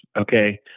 Okay